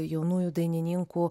jaunųjų dainininkų